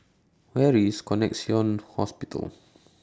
Where IS Connexion Hospital